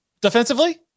defensively